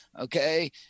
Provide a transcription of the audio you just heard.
okay